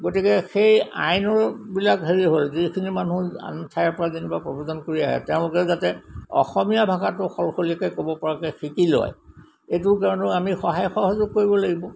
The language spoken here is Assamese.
গতিকে সেই আইনৰ বিলাক হেৰি হ'ল যিখিনি মানুহ আন ঠাইৰ পৰা যেনিবা প্ৰব্ৰজন কৰি আহে তেওঁলোকে যাতে অসমীয়া ভাষাটো সলসলীয়াকৈ ক'ব পৰাকৈ শিকি লয় এইটোৰ কাৰণেও আমি সহায় সহযোগ কৰিব লাগিব